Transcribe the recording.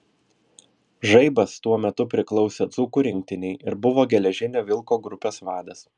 žaibas tuo metu priklausė dzūkų rinktinei ir buvo geležinio vilko grupės vadas